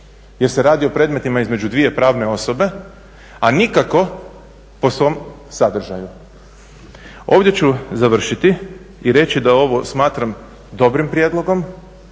jer se radi o predmetima između dvije pravne osobe, a nikako po svom sadržaju. Ovdje ću završiti i reći da ovo smatram dobrim prijedlogom,